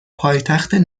پایتخت